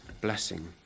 blessing